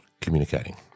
communicating